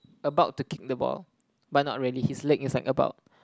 about to kick the ball but not really his leg is like about